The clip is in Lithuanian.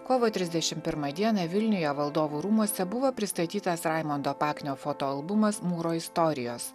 kovo trisdešim pirmą dieną vilniuje valdovų rūmuose buvo pristatytas raimundo paknio fotoalbumas mūro istorijos